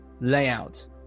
layout